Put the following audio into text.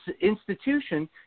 institution